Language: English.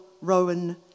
rowan